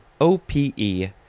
O-P-E